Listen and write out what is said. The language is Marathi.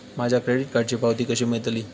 माझ्या क्रेडीट कार्डची पावती कशी मिळतली?